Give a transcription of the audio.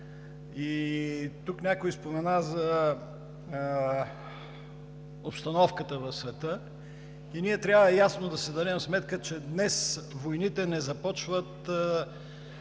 Тук някой спомена за обстановката в света и ние трябва ясно да си дадем сметка, че днес войните не започват